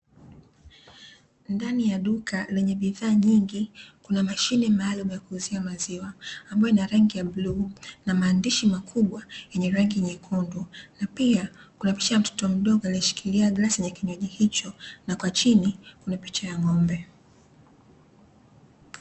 Ndani ya duka lenye bidhaa nyingi kuna mashine maalumu ya kuuzia maziwa ambayo ina rangi ya bluu na maandishi makubwa yenye rangi nyekundu. Na pia kuna picha ya mtoto mdogo aliyeshikilia glasi yenye kinywaji hiko na kwa chini kuna picha ya ng'ombe.